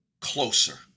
closer